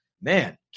man